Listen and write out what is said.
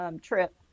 trip